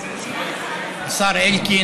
השר אלקין,